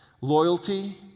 Loyalty